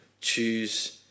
Choose